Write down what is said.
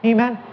Amen